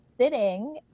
sitting